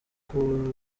kugura